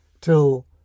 till